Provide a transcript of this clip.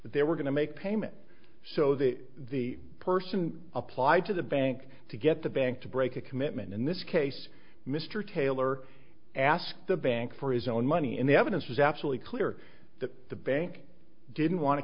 that they were going to make payment so that the person applied to the bank to get the bank to break a commitment in this case mr taylor asked the bank for his own money and the evidence was absolutely clear that the bank didn't want to